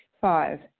Five